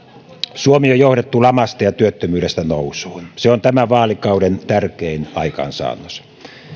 suomi on johdettu lamasta ja työttömyydestä nousuun se on tämän vaalikauden tärkein aikaansaannos